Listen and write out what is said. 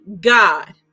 God